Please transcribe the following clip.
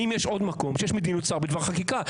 אם יש עוד מקום שיש מדיניות שר בדבר חקיקה.